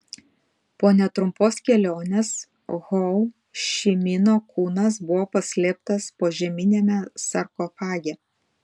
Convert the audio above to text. po netrumpos kelionės ho ši mino kūnas buvo paslėptas požeminiame sarkofage